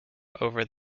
over